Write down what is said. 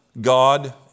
God